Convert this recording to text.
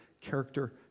character